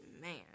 Man